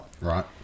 Right